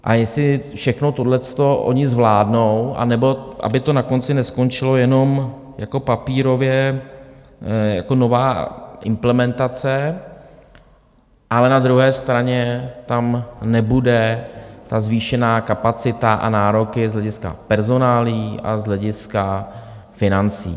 A jestli všechno tohle to oni zvládnou, anebo aby to na konci neskončilo jenom jako papírově jako nová implementace, ale na druhé straně tam nebude ta zvýšená kapacita a nároky z hlediska personálií a z hlediska financí.